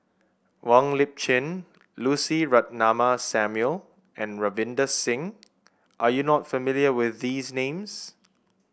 Wong Lip Chin Lucy Ratnammah Samuel and Ravinder Singh are you not familiar with these names